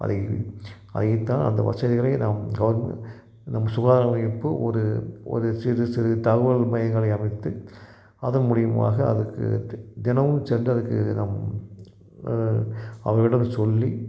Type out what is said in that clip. அதை அதைத் தான் அந்த வசதிகளை நாம் கவர்ந்து நம் சுகாதார அமைப்பு ஒரு ஒரு சிறு சிறு தகவல் மையங்களை அமைத்து அதன் மூலிமாக அதற்கு தெ தினமும் சென்று அதற்கு நம் அவர்களிடம் சொல்லி